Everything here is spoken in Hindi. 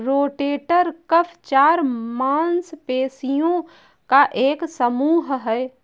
रोटेटर कफ चार मांसपेशियों का एक समूह है